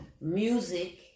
music